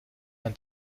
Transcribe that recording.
man